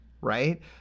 right